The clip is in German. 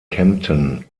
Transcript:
kempten